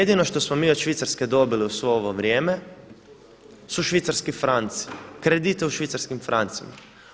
Jedino što smo mi od Švicarske dobili sve ovo vrijeme su švicarski franci, kredit u švicarskim francima.